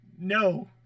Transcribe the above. No